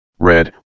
Red